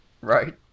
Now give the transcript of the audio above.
Right